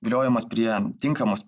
viliojamas prie tinkamos